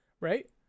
right